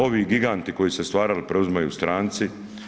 Ovi giganti koji su se stvarali preuzimaju stranci.